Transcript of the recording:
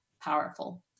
powerful